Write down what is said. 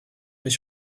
mais